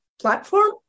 platform